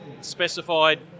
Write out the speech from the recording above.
specified